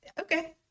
okay